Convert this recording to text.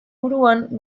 buruan